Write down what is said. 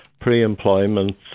pre-employment